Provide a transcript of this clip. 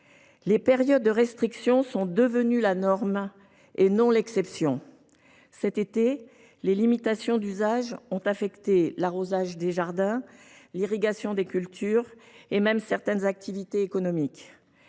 Les périodes de restriction sont devenues la norme et non plus l’exception. Durant l’été dernier, les limitations d’usage ont affecté l’arrosage des jardins, l’irrigation des cultures et même certaines activités économiques.